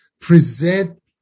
present